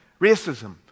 racism